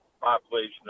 population